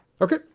Okay